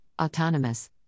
Autonomous